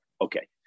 Okay